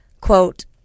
quote